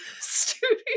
studio